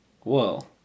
whoa